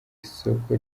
isoko